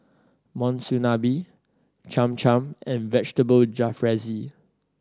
Monsunabe Cham Cham and Vegetable Jalfrezi